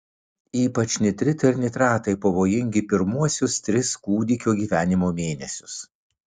ypač nitritai ir nitratai pavojingi pirmuosius tris kūdikio gyvenimo mėnesius